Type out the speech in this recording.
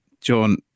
John